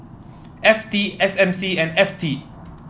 F T S M C and F T